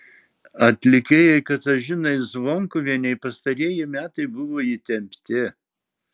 atlikėjai katažinai zvonkuvienei pastarieji metai buvo įtempti